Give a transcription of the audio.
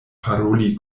paroli